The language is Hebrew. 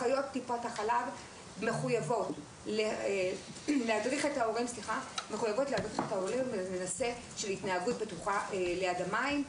אחיות טיפת חלב מחויבות להדריך את ההורים להתנהגות בטוחה ליד מים.